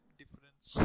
difference